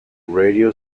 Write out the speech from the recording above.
radio